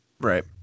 Right